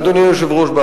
אדוני היושב-ראש,